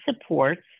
supports